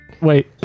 Wait